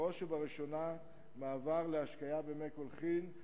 בראש ובראשונה, מעבר להשקיה במי קולחין.